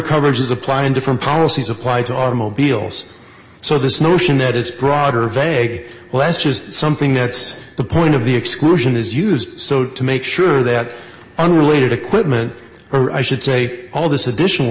coverages apply in different policies applied to automobiles so this notion that it's broader say well that's just something that's the point of the exclusion is used so to make sure that unrelated equipment or i should say all this additional